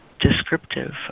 descriptive